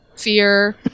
Fear